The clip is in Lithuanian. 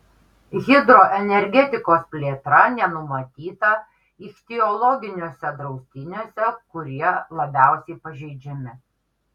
hidroenergetikos plėtra nenumatyta ichtiologiniuose draustiniuose kurie labiausiai pažeidžiami